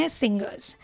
singers